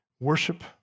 Worship